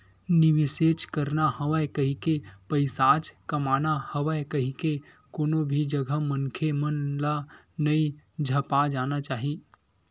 निवेसेच करना हवय कहिके, पइसाच कमाना हवय कहिके कोनो भी जघा मनखे मन ल नइ झपा जाना चाही